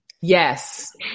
Yes